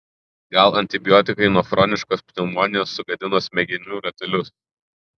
gal antibiotikai nuo chroniškos pneumonijos sugadino smegenų ratelius